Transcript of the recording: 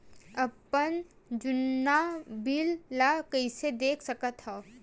अपन जुन्ना बिल ला कइसे देख सकत हाव?